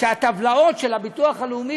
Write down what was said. שהטבלאות של הביטוח הלאומי,